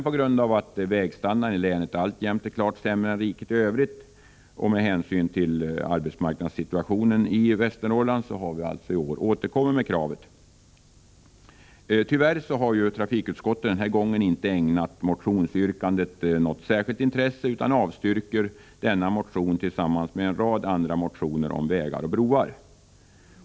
På grund av att vägstandarden i länet alltjämt är klart sämre än i riket i övrigt och med hänsyn till arbetsmarknadssituationen i Västernorrland har vi iår återkommit med kravet. Tyvärr har trafikutskottet denna gång inte ägnat motionsyrkandet något särskilt intresse utan avstyrker motionen tillsammans med en rad andra motioner om vägar och broar.